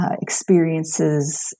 experiences